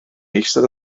eistedd